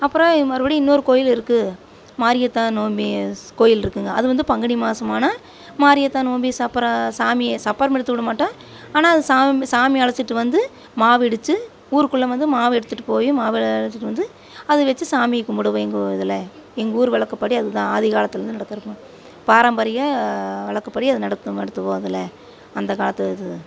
அப்புறம் மறுபடியும் இன்னொரு கோவில் இருக்குது மாரியாத்தா நோம்பு கோவில் இருக்குதுங்க அது வந்து பங்குனி மாதம் ஆனால் மாரியாத்தா நோம்பு சப்பர சாமியை சப்பரம் இழுத்து விடமாட்டோம் ஆனால் அது சாமி சாமி அழைச்சிட்டு வந்து மாவு இடித்து ஊருக்குள்ளே வந்து மாவு எடுத்துட்டு போய் மாவு எடுத்துட்டு வந்து அதை வெச்சு சாமி கும்பிடுவோம் எங்கள் இதில் எங்கூர் வழக்கப்படி அது வந்து ஆதி காலத்துலேருந்து நடக்கிறதுதான் பாரம்பரிய வழக்கப்படி அது நடத்தும் நடத்துவோம் அதில் அந்த காலத்து இது